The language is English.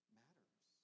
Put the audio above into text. matters